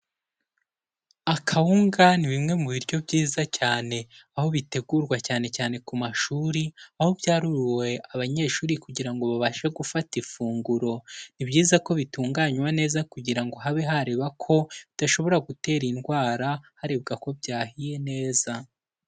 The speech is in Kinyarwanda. Akawunga ni bimwe mu biryo byiza cyane, aho bitegurwa cyane cyane ku mashuri, aho byaruriwe abanyeshuri kugira ngo babashe gufata ifunguro. Ni byiza ko bitunganywa neza kugira ngo habe hareba ko, bidashobora gutera indwara, harebwa ko byahiye neza.